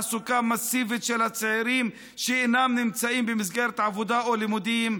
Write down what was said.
תוכנית תעסוקה מסיבית של הצעירים שאינם נמצאים במסגרת עבודה או לימודים,